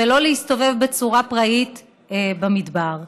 ולא להסתובב בצורה פראית במדבר.